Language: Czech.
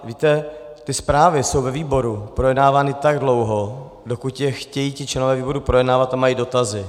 Víte, ty zprávy jsou ve výboru projednávány tak dlouho, dokud je chtějí členové výboru projednávat a mají dotazy.